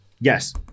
Yes